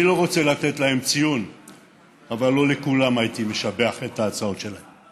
אני לא רוצה לתת להם ציון אבל לא הייתי משבח את ההצעות של כולם.